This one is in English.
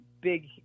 big